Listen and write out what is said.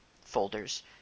folders